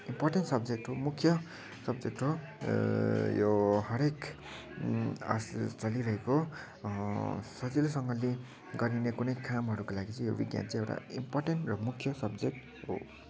important subject हो मुख्य subject हो यो हरेक आस् चलिरहेको सजिलैसँगले गरिने कुनै कामहरूको लागि चै यो बिज्ञान चाहिँ एउटा इम्पोर्टेन्ट र मुख्य सब्जेक्ट हो